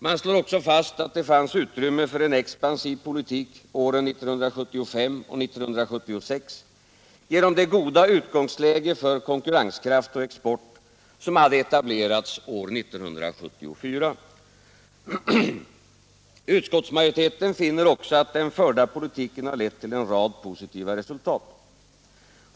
Man slår också fast att det fanns utrymme för en expansiv politik åren 1975 och 1976 genom det goda utgångsläge för konkurrenskraft och export som hade etablerats år 1974. Utskottsmajoriteten finner också att den förda politiken har lett till en rad positiva resultat.